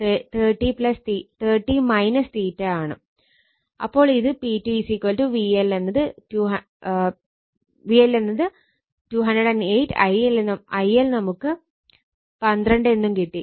അപ്പോൾ ഇത് P2 VL എന്നത് 208 IL നമുക്ക് 12 എന്നും കിട്ടി